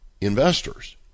investors